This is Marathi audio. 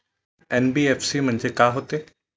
एन.बी.एफ.सी म्हणजे का होते?